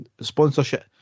Sponsorship